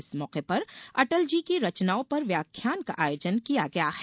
इस मौके पर अटल जी की रचनाओं पर व्याख्यान का आयोजन किया गया है